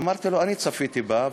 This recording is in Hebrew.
אמרתי לו: אני צפיתי בה,